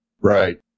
Right